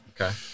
Okay